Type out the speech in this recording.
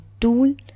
tool